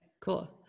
cool